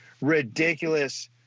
ridiculous